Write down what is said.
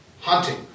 hunting